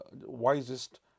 wisest